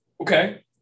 Okay